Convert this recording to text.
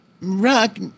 Rock